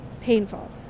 painful